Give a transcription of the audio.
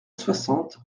soixante